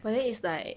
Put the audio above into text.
but then it's like